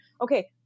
okay